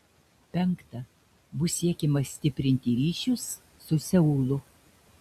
penkta bus siekiama stiprinti ryšius su seulu